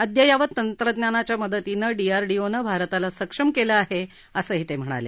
अद्ययावत तंत्रज्ञानाच्या मदतीनं डीआरडीओनं भारताला सक्षम केलं आहे असंही ते म्हणाले